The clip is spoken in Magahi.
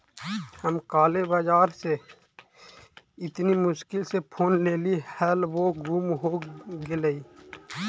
हम काले बाजार से इतनी मुश्किल से फोन लेली हल वो गुम हो गेलई